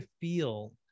feel